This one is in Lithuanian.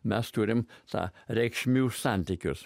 mes turim tą reikšmių santykius